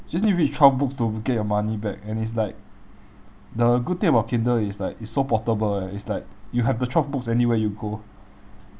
just need to read twelve books to get your money back and it's like the good thing about kindle is like it's so portable eh it's like you have the twelve books anywhere you go